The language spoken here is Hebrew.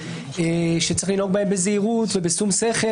שצריך לנהוג בהם בזהירות ובשום שכל,